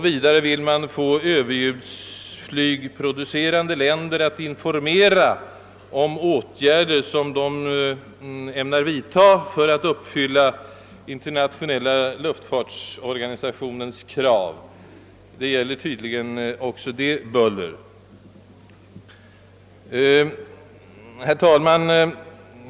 Vidare vill man få länder som producerar överljudsflyg att informera om åtgärder som de ämnar vidta för att uppfylla den internationella luftfartsorganisationens krav. Också här gäller det tydligen buller, allt sålunda åtgärder med begränsad räckvidd. Herr talman!